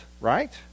right